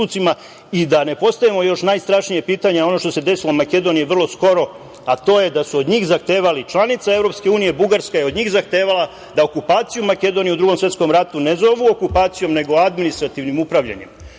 i da ne postavimo još najstrašnije pitanje, ono što se desilo u Makedoniji vrlo skoro, a to je da su od njih zahtevali, članica EU Bugarska, je od njih zahtevala da okupaciju Makedonije u Drugom svetskom ratu ne zovu okupacijom, nego administrativnim upravljanjem. Šta